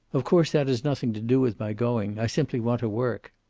of course, that has nothing to do with my going. i simply want to work.